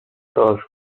شارژ